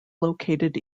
located